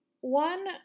One